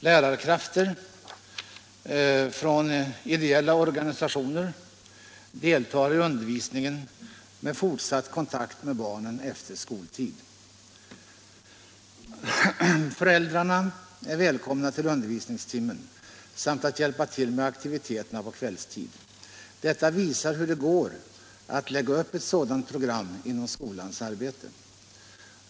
Lärarkrafter från ideella organisationer deltar i undervisningen och har fortsatt kontakt med barnen efter skoltid. Föräldrarna är välkomna till undervisningstimmen och även till aktiviteterna på kvällstid. Detta visar hur det går att lägga upp ett sådant program inom skolans arbete.